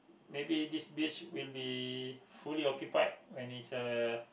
maybe this beach will be fully occupied when it's uh